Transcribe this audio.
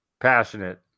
Passionate